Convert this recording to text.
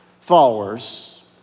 followers